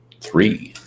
three